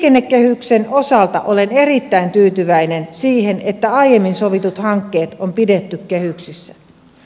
liikennekehyksen osalta olen erittäin tyytyväinen siihen että aiemmin sovitut hankkeet on pidetty kehyksissä